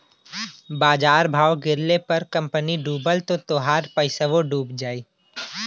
बाजार भाव गिरले पर कंपनी डूबल त तोहार पइसवो डूब जाई